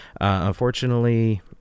unfortunately